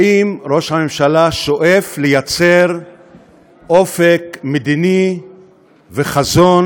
האם ראש הממשלה שואף ליצור אופק מדיני וחזון